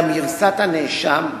גם גרסת הנאשם,